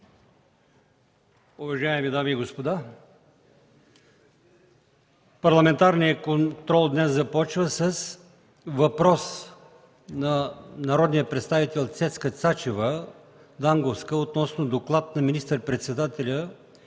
Уважаеми дами и господа, парламентарният контрол днес започва с въпрос на народния представител Цецка Цачева относно Доклад на министър-председателя